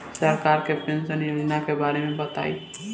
सरकार के पेंशन योजना के बारे में बताईं?